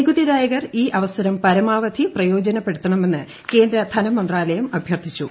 നികുതി ദായകർ ഈ അവസരം പരമാവധി പ്രയോജനപ്പെടുത്തണമെന്ന് കേന്ദ്രധനമന്ത്രാലയം അഭ്യർത്ഥിച്ചു